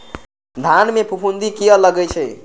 धान में फूफुंदी किया लगे छे?